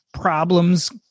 problems